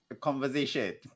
Conversation